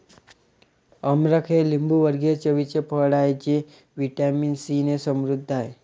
अमरख हे लिंबूवर्गीय चवीचे फळ आहे जे व्हिटॅमिन सीने समृद्ध आहे